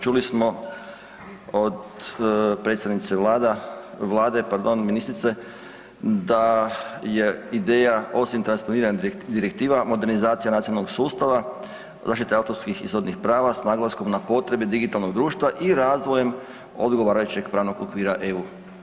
Čuli smo od predsjednice Vlada, Vlade, pardon ministrice da je ideja osim transponiranih direktiva modernizacija nacionalnog sustava zaštita autorskih izvornih prava s naglaskom na potrebe digitalnog društva i razvojem odgovarajuće pravnog okvira EU.